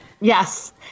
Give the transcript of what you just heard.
Yes